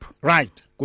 Right